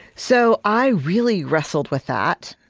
so i really wrestled with that.